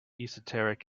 esoteric